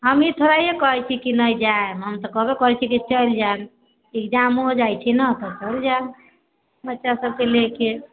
हमहीं थोड़े कहै छी कि ने जाएब हम तऽ कहबे करै छी कि चैल जाएब एग्जाम हो जाइ छै न तऽ चल जाएब बच्चा सबके ले के